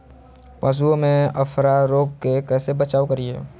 पशुओं में अफारा रोग से कैसे बचाव करिये?